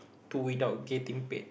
to without getting paid